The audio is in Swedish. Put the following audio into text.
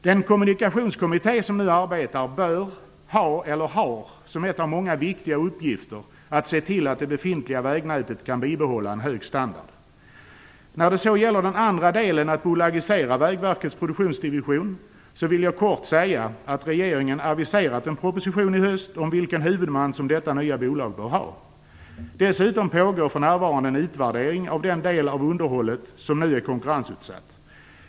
Den kommunikationskommitté som nu arbetar bör ha eller har som en av många viktiga uppgifter att se till att det befintliga vägnätet kan bibehålla en hög standard. När det gäller att bolagisera Vägverkets produktionsdivision vill jag kort säga att regeringen aviserat en proposition i höst om vilken huvudman som detta nya bolag bör ha. Dessutom pågår för närvarande en utvärdering av den del av underhållet som nu är konkurrensutsatt.